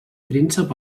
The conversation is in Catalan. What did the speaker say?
príncep